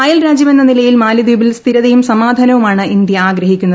അയൽരാജ്യമെന്ന നിലയിൽ മാലദ്രീപ്പിൽ സ്ഥിരതയും സമാധാനവുമാണ് ഇന്ത്യ ആഗ്രഹിക്കുന്നത്